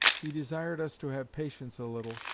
he desired us to have patience a little,